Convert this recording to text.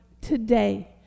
today